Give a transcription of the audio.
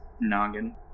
noggin